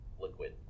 liquid